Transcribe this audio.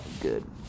good